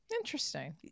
Interesting